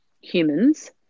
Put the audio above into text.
humans